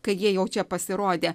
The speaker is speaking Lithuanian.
kai jie jau čia pasirodė